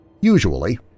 Usually